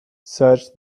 search